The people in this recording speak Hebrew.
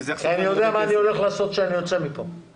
כי אני יודע מה אני הולך לעשות כשאני יוצא מהדיון.